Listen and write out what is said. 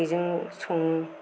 बेजों सङो